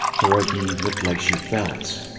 hiroki looked like she felt.